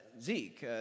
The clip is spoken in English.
Zeke